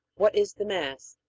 what is the mass?